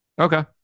okay